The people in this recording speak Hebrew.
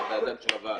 זה בידיים של הוועד.